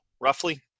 roughly